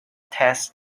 test